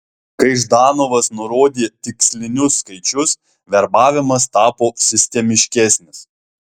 kai ždanovas nurodė tikslinius skaičius verbavimas tapo sistemiškesnis